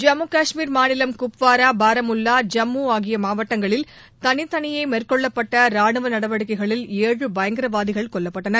ஜம்மு கஷ்மீர் மாநிலம் குப்வாரா பாரமுல்வா ஜம்மு ஆகிய மாவட்டங்களில் தனித்தனியே மேற்கொள்ளப்பட்ட ரானுவ நடவடிக்கைகளில் ஏழு பயங்கரவாதிகள் கொல்லப்பட்டனர்